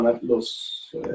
los